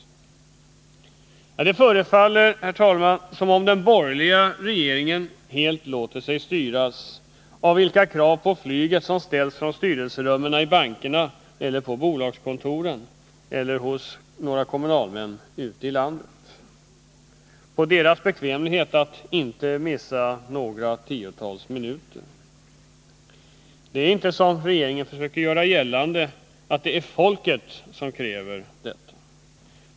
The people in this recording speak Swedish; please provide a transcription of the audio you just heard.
Det förefaller, herr talman, som om den borgerliga regeringen helt låter sig styras av vilka krav på flyget som ställs i styrelserummen i bankerna eller på bolagskontoren, eller hos några kommunalmän ute i landet och som har sin grundiatt de av bekvämlighetsskäl inte vill missa några tiotal minuter. Det är inte så, som regeringen försöker göra gällande, att det är folket som kräver detta.